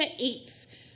Eats